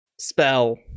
Spell